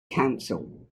counsel